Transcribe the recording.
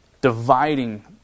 dividing